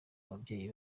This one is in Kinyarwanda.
babyeyi